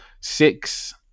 six